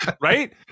right